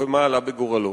ומה עלה בגורלו.